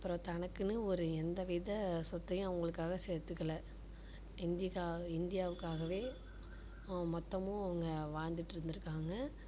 அப்புறம் தனக்கெனு ஒரு எந்த வித சொத்தையும் அவங்களுக்காக சேர்த்துக்கல இந்தி இந்தியாவுக்காகவே மொத்தமும் அவங்க வாழ்ந்திட்டு இருந்திருக்காங்க